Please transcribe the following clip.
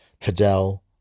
Fidel